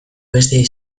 beste